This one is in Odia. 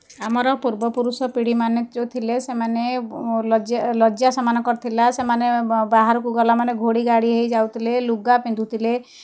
ଆମର ପୂର୍ବ ପୁରୁଷ ପିଢ଼ି ମାନେ ଯେଉଁ ଥିଲେ ସେମାନେ ଲଜ୍ଜା ଲଜ୍ଜା ସେମାନଙ୍କର ଥିଲା ସେମାନେ ବାହାରକୁ ଗଲା ମାନେ ଘୋଡ଼ି ଘାଡ଼ି ହୋଇ ଯାଉଥିଲେ ଲୁଗା ପିନ୍ଧୁଥିଲେ